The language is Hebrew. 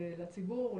לציבור,